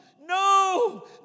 no